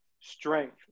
strength